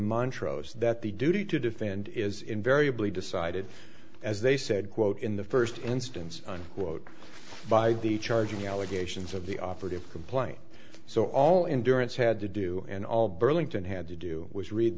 montrose that the duty to defend is invariably decided as they said quote in the first instance quote by the charging allegations of the operative complaint so all in durance had to do and all burlington had to do was read